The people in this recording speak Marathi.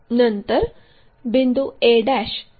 नंतर बिंदू a हे स्थानांतरित करू